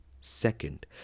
Second